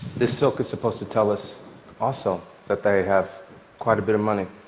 this silk is supposed to tell us also that they have quite a bit of money.